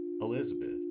Elizabeth